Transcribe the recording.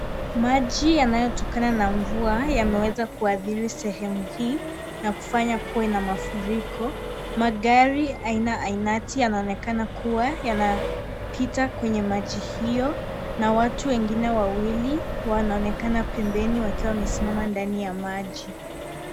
Maji yanayo tokana na mvua yameweza kuadhiri eneo hii na kufanya kuwe na mafuriko. Magari aina ya matatu yanaoneekana kua yanapita kwenye maji hio na watu wengine wawili wanaonekana pembeni wakiwa wamesimama ndani ya maji.